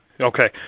Okay